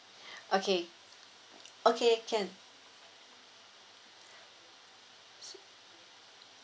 okay okay can